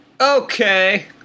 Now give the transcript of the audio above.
Okay